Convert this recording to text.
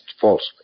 falsely